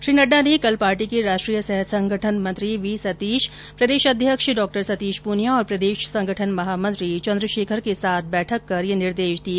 श्री नड्डा ने कल पार्टी के राष्ट्रीय सहसंगठन मंत्री वी सतीश प्रदेश अध्यक्ष डॉ सतीश पूनिया और प्रदेश संगठन महामंत्री चन्द्रशेखर के साथ बैठक कर यह निर्देश दिए